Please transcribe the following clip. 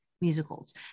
musicals